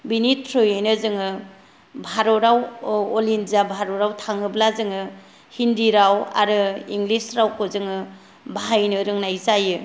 बिनि थ्रयैनो जोङो भारताव अल इन्डिया भारताव थाङोब्ला जोङो हिन्दिराव आरो इंलिस रावखौ जोङो बाहायनो रोंनाय जायो